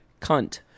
Cunt